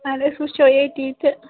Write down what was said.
وَل أسۍ وٕچھو ییٚتی تہٕ